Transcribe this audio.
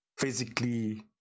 physically